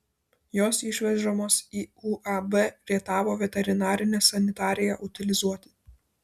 jos išvežamos į uab rietavo veterinarinę sanitariją utilizuoti